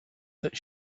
that